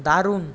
দারুণ